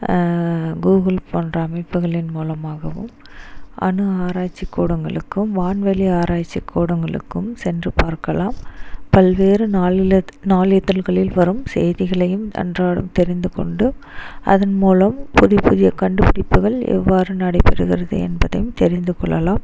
Google போன்ற அமைப்புகளின் மூலமாகவும் அணு ஆராய்ச்சி கூடங்களுக்கும் வான்வெளி ஆராய்ச்சி கூடங்களுக்கும் சென்று பார்க்கலாம் பல்வேறு நாளில்லத் நாளிதழ்களில் வரும் செய்திகளையும் அன்றாடம் தெரிந்துக் கொண்டு அதன் மூலம் புதிய புதிய கண்டுபிடிப்புகள் எவ்வாறு நடைபெறுகிறது என்பதையும் தெரிந்துக் கொள்ளலாம்